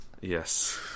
Yes